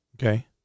Okay